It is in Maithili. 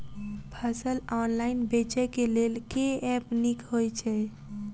फसल ऑनलाइन बेचै केँ लेल केँ ऐप नीक होइ छै?